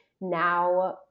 now